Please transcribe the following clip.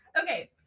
Okay